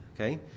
Okay